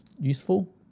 useful